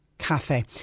cafe